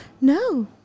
No